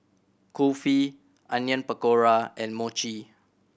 Kulfi Onion Pakora and Mochi